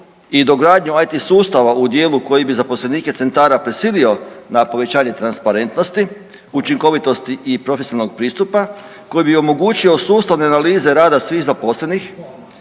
i dogradnju IT sustava udijelu koji bi zaposlenike centara prisilio na povećanje transparentnosti, učinkovitosti i profesionalnog pristupa, koji bi omogućio sustavne analize rada svih zaposlenih,